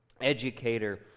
educator